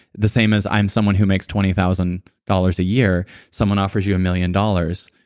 the same as i'm someone who makes twenty thousand dollars a year, someone offers you a million dollars,